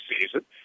season